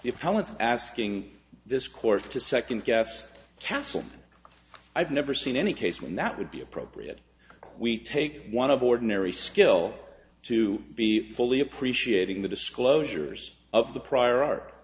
it's asking this court to second guess castle i've never seen any case when that would be appropriate we take one of ordinary skill to be fully appreciating the disclosures of the prior art